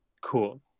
Cool